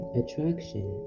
attraction